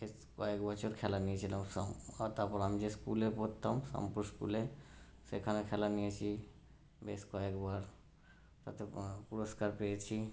বেশ কয়েক বছর খেলা নিয়েছিলাম আর তারপর আমি যে স্কুলে পড়তাম স্কুলে সেখানে খেলা নিয়েছি বেশ কয়েকবার তাতে পুরষ্কার পেয়েছি